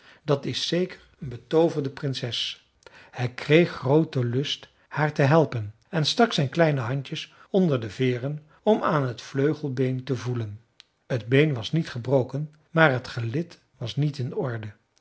dat is zeker een betooverde prinses hij kreeg grooten lust haar te helpen en stak zijn kleine handjes onder de veeren om aan het vleugelbeen te voelen t been was niet gebroken maar het gelid was niet in orde